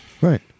Right